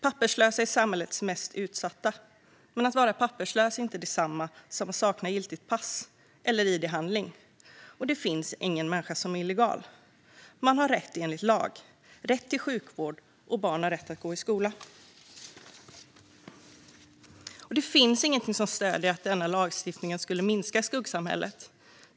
Papperslösa är samhällets mest utsatta, men att vara papperslös är inte detsamma som att sakna giltigt pass eller id-handling. Och det finns ingen människa som är illegal. Man har rättigheter enligt lag. Man har rätt till sjukvård, och barn har rätt att gå i skola. Det finns heller ingenting som stöder att denna lagstiftning skulle minska skuggsamhället.